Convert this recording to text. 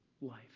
life